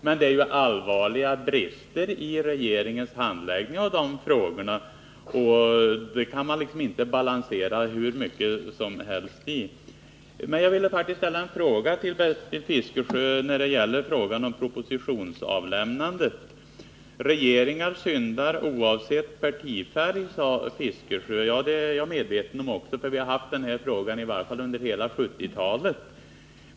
Men det finns ju allvarliga brister i regeringens handläggning av de frågorna. Det förhållandet kan man inte balansera hur mycket som helst. Jag vill ställa en fråga till Bertil Fiskesjö beträffande propositionsavlämnandet. Regeringar syndar oavsett partifärg, sade Bertil Fiskesjö. Ja, det är jag medveten om, för vi har haft de här förhållandena under hela 1970-talet.